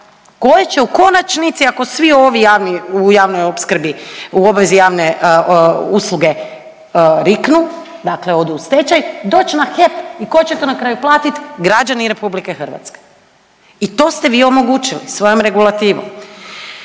koje će u konačnici, ako svi ovi javni, u javnoj opskrbi, u obvezi javne usluge riknu, dakle odu u stečaj, doć na HEP i tko će to na kraju platiti? Građani RH. I to ste vi omogućili svojom regulativom.